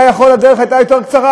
הדרך הייתה יכולה להיות יותר קצרה,